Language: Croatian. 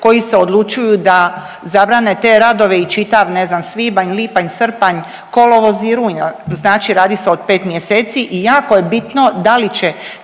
koji se odlučuju da zabrane te radove i čitav ne znam svibanj, lipanj, srpanj, kolovoz i rujan. Znači radi se o pet mjeseci i jako je bitno da li će